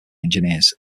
engineers